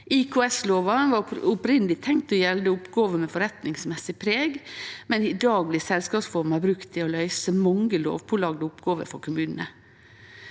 IKS-lova var opphaveleg tenkt å gjelde oppgåver med forretningsmessig preg, men i dag blir selskapsforma brukt for å løyse mange lovpålagde oppgåver for kommunane.